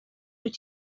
wyt